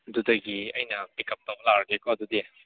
ꯑꯗꯨꯗꯒꯤ ꯑꯩꯅ ꯄꯤꯛꯀꯞ ꯇꯧꯕ ꯂꯥꯛꯑꯒꯦꯀꯣ ꯑꯗꯨꯗꯤ